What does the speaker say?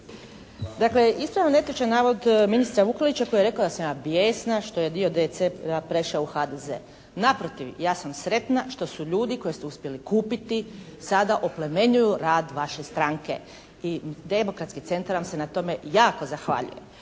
Dakle, ispravljam netočan navod ministra Vukelića koji je rekao da sam ja bijesna što je dio DC-a prešao u HDZ. Naprotiv, ja sam sretna što su ljudi koje ste uspjeli kupiti sada oplemenjuju rad vaše stranke i Demokratski centar vam se na tome jako zahvaljuje.